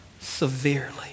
severely